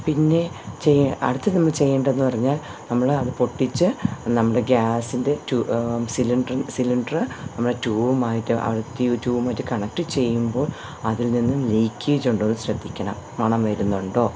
പിന്നെ ചെയ്യേ അടുത്തത് നമ്മൾ ചെയ്യേണ്ടതെന്ന് പറഞ്ഞാൽ നമ്മൾ അത് പൊട്ടിച്ച് നമ്മുടെ ഗ്യാസിൻ്റെ ട്യൂ സിലിണ്ടർ സിലിണ്ടർ നമ്മുടെ ട്യൂബുമായിട്ട് ട്യൂബുമായിട്ട് കണക്ട് ചെയ്യുമ്പോൾ അതിൽനിന്നും ലീക്കേജ് ഉണ്ടോ എന്ന് ശ്രദ്ധിക്കണം മണം വരുന്നുണ്ടോ